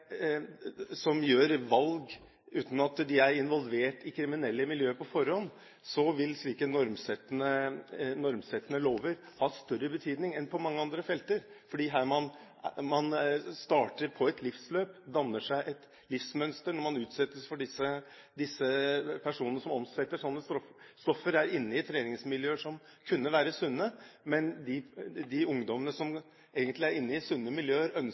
gjør valg uten at de er involvert i kriminelle miljøer på forhånd, vil slike normsettende lover ha større betydning enn på mange andre felter. For man starter på et livsløp og danner seg et livsmønster når man utsettes for personer som omsetter slike stoffer, og som er inne i treningsmiljøer som kunne vært sunne. Men de ungdommene som egentlig er inne i sunne miljøer og ønsker